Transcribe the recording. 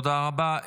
תודה רבה.